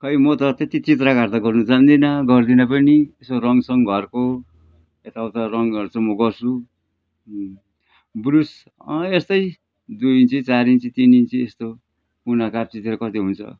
खै म त त्यति चित्रकारी त गर्नु जान्दिनँ गर्दिनँ पनि यसो रङसङ घरको यताउता रङहरू चाहिँ म गर्छु ब्रस अँ यस्तै दुई इन्ची चार इन्ची तिन इन्ची यस्तो कुनाकाप्चातिर कतै हुन्छ